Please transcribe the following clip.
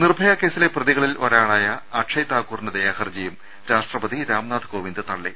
നിർഭയുകേസിലെ പ്രതികളിൽ ഒരാളായ അക്ഷയ് താക്കൂറിന്റെ ദയാ ഹർജിയും രാഷ്ട്രപതി രാം നാഥ് കോവിന്ദ് തള്ളി